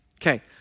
Okay